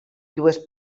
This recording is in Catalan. dues